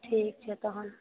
ठीक छै तहन